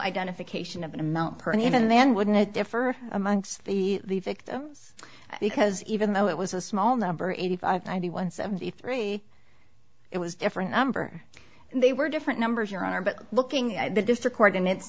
identification of an amount per and even then wouldn't it differ amongst the victims because even though it was a small number eighty five ninety one seventy three it was different number they were different numbers your honor but looking at the district court in it